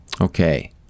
Okay